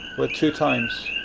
with two times.